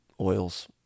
oils